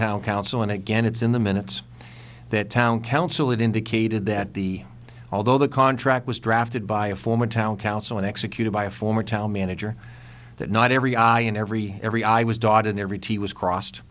town council and again it's in the minutes that town council it indicated that the although the contract was drafted by a former town council and executed by a former town manager that not every i and every every i was